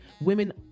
Women